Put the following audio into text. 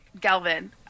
Galvin